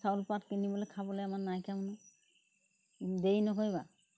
চাউলপাত কিনিবলে খাবলে আমাৰ নাইকিয়া মানুহ দেৰি নকৰিবা